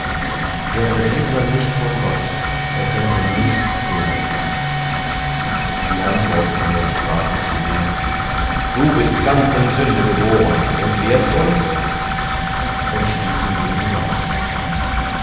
wäre dieser nicht von gott er könnte nichts tun sie antworteten und sprachen zu ihm du bist ganz in sünde geboren und lehrst uns und stießen ihn hinaus